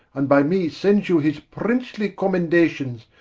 and by me sends you his princely commendations,